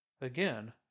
Again